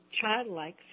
childlike